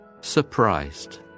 Surprised